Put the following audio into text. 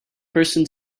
person